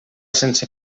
sense